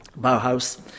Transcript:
Bauhaus